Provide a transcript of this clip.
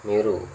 మీరు